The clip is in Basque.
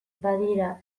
badira